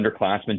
underclassmen